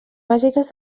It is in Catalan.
bàsiques